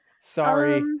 Sorry